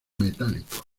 metálico